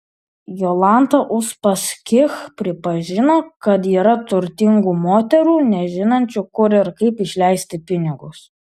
jolanta uspaskich pripažino kad yra turtingų moterų nežinančių kur ir kaip išleisti pinigus